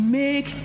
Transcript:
make